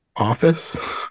Office